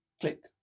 Click